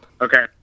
okay